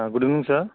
good evening sir